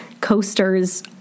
coasters